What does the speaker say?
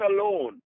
alone